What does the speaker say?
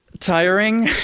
tiring.